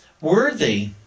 worthy